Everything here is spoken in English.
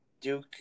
Duke